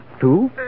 Two